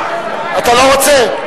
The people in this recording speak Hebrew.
אתה לא רוצה?